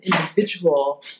individual